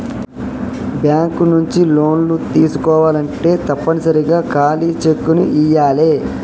bank నుంచి లోన్లు తీసుకోవాలంటే తప్పనిసరిగా ఖాళీ చెక్కుని ఇయ్యాలే